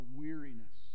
weariness